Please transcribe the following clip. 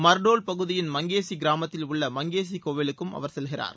மர்டோல் பகுதியின் மங்கேசி கிராமத்தில் உள்ள மங்கேசி கோயிலுக்கும் அவர் செல்கிறார்